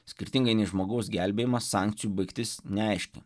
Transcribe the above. skirtingai nei žmogaus gelbėjimas sankcijų baigtis neaiški